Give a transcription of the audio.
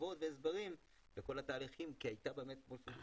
לתשובות והסברים לכל התהליכים כי הייתה מחאה